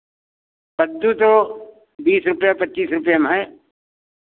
कद्दू तो बीस रुपैया पच्चीस रुपैया में है